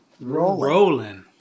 Rolling